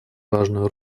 важную